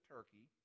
Turkey